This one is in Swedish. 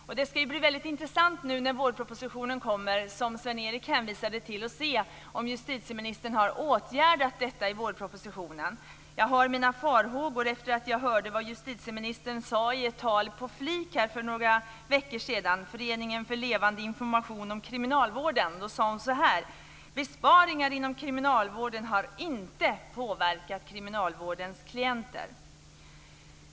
När vårpropositionen, som Sven Erik Sjöstrand hänvisade till, läggs fram ska det bli intressant att se om justitieministern har åtgärdat detta. Jag har mina farhågor efter att jag hörde vad justitieministern sade i ett tal på FLIK, Föreningen för levande information om kriminalvården, för några veckor sedan. Hon sade: "Besparingarna inom kriminalvården har inte påverkat kriminalvårdens klienter!"